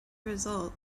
result